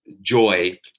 joy